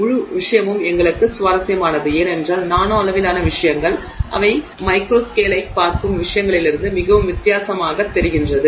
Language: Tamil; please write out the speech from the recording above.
முழு விஷயமும் எங்களுக்கு சுவாரஸ்யமானது ஏனென்றால் நானோ அளவிலான விஷயங்கள் அவை மைக்ரோ ஸ்கேலைப் பார்க்கும் விஷயங்களிலிருந்து மிகவும் வித்தியாசமாகத் தெரிகின்றன